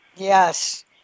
Yes